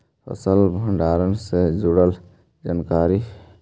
फसल भंडारन से जुड़ल जानकारी?